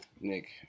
Nick